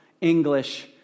English